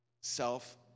self